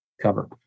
cover